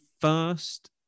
first